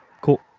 Cool